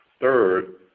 Third